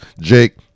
jake